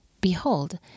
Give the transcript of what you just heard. behold